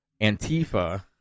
Antifa